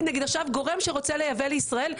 גורם שרוצה לייבא עכשיו לישראל,